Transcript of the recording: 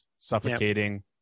suffocating